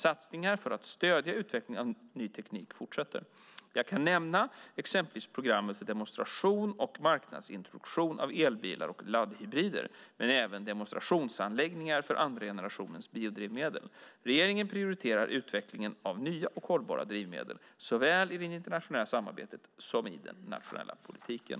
Satsningarna för att stödja utvecklingen av ny teknik fortsätter. Jag kan nämna exempelvis programmet för demonstration och marknadsintroduktion av elbilar och laddhybrider men även demonstrationsanläggningar för andra generationens biodrivmedel. Regeringen prioriterar utvecklingen av nya och hållbara drivmedel, såväl i det internationella samarbetet som i den nationella politiken.